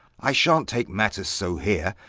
i shan't take matters so here,